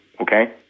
Okay